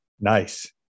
Nice